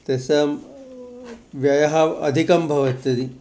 तेषां व्ययः अधिकः भवत्यदि